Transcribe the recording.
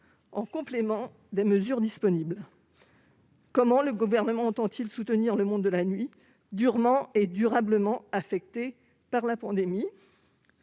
en complément des mesures déjà en vigueur ? Comment le Gouvernement entend-il soutenir un monde de la nuit durement et durablement affecté par la pandémie ?